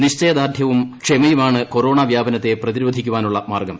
നിശ്ചയദാർഢ്യവും ക്ഷമയുമാണ് കൊറോണ വ്യാപനത്തെ പ്രതിരോധിക്കാനുള്ള മാർഗ്ഗം